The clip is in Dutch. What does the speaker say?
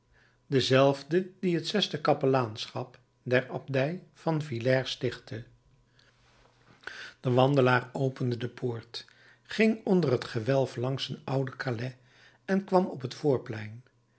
denzelfde die het zesde kapelaanschap der abdij van villers stichtte de wandelaar opende de poort ging onder het gewelf langs een oude kales en kwam op het voorplein